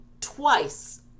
twice